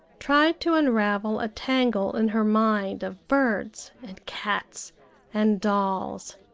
tried to unravel a tangle in her mind of birds and cats and dolls.